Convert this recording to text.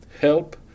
help